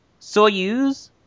Soyuz